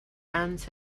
ends